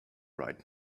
right